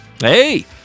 Hey